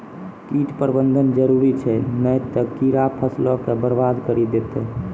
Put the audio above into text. कीट प्रबंधन जरुरी छै नै त कीड़ा फसलो के बरबाद करि देतै